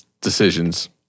decisions